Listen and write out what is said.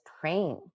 praying